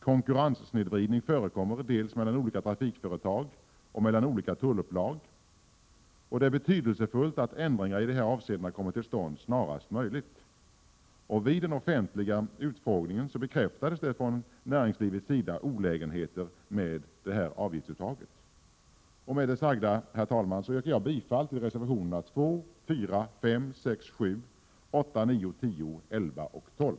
Konkurrenssnedvridning förekommer dels mellan olika trafikföretag, dels mellan olika tullupplag. Det är betydelsefullt att ändringar i dessa avseenden kommer till stånd snarast möjligt. Vid den offentliga utfrågningen bekräftades det från näringslivets sida att det förekommit olägenheter med detta avgiftsuttag. Med det sagda, herr talman, yrkar jag bifall till reservationerna 2,4, 5, 6,7, 8, 9, 10, 11 och 12.